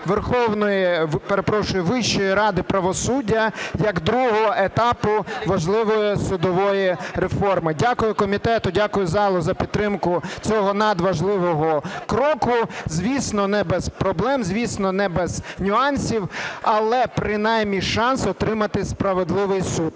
верховної… перепрошую, Вищої ради правосуддя як другого етапу важливої судової реформи. Дякую комітету, дякую залу за підтримку цього надважливого кроку. Звісно, не без проблем, звісно, не без нюансів, але принаймні шанс отримати справедливий суд.